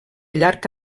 llarg